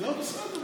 אני לא מפריע לך.